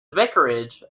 vicarage